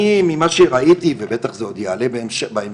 אני ממה שראיתי, ובטח זה עוד יעלה בהמשך,